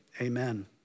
amen